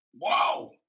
wow